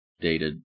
dated